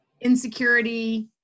insecurity